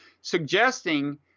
suggesting